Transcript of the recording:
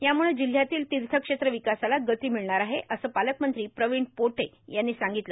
यामुळं जिल्ह्यातील तीथक्षेत्र र्यावकासाला गती र्मिळणार आहे असं पालकमंत्री प्रवीण पोटे पार्टाल यांनी सांगितलं